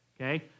okay